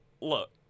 look